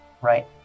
right